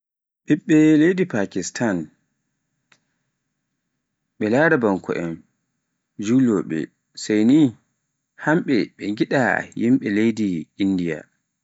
ɓiɓɓe leydi Pakistan ɓe larabanko'en Julowooɓe, sai ni hamɓe ɓe ngiɗa yimɓe leydi Indiya.